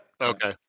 Okay